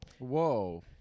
Whoa